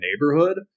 neighborhood